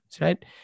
right